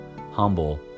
humble